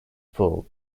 full